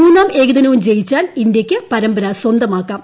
മൂന്നാം ഏകദിനവും ജയിച്ചാൽ ഇന്ത്യക്ക് പരമ്പര സ്വ ന്തമാക്കാം